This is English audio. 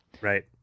Right